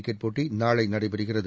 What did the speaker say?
cricket போட்டி நாளை நடைபெறுகிறது